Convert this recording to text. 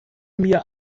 mir